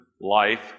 life